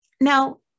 Now